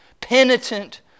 penitent